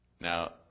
Now